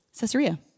Caesarea